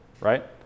right